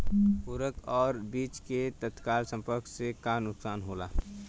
उर्वरक और बीज के तत्काल संपर्क से का नुकसान होला?